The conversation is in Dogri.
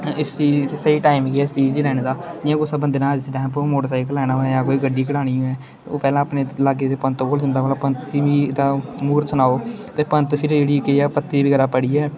इस चीज च स्हेई टाइम इ'यै इस चीज गी लैने दा जियां कुसै बंदे ने इस टाइम उप्पर हून मोटरसाइकल लैना होऐ जां कोई गड्डी कढानी होऐ ओह् पैह्लें अपने लाग्गे दे पंतै कोल जंदा भला पंत जी मीं इह्दा म्हूर्त सनाओ ते पंत फिरी जेह्ड़ी केह् ऐ पत्री बगैरा पढ़ियै